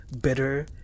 bitter